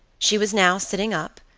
she was now sitting up,